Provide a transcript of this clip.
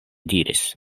diris